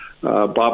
Bob